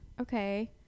Okay